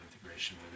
integration